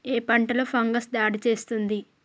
ఏ పంటలో ఫంగస్ దాడి చేస్తుంది?